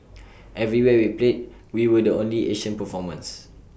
everywhere we played we were the only Asian performers